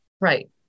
right